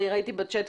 ראיתי בצ'ט,